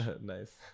Nice